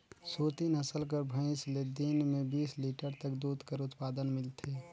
सुरती नसल कर भंइस ले दिन में बीस लीटर तक दूद कर उत्पादन मिलथे